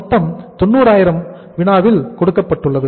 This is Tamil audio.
மொத்தம் 90000 வினாவில் கொடுக்கப்பட்டுள்ளது